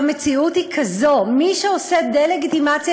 והמציאות היא כזו: מי שעושה דה-לגיטימציה